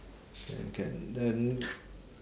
can can then